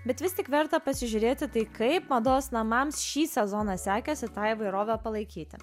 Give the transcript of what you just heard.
bet vis tik verta pasižiūrėti tai kaip mados namams šį sezoną sekėsi tą įvairovę palaikyti